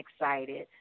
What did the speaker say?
excited